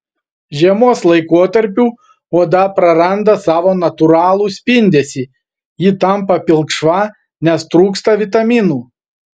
žiemos laikotarpiu oda praranda savo natūralų spindesį ji tampa pilkšva nes trūksta vitaminų